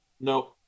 No